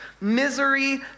Misery